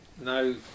no